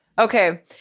Okay